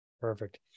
Perfect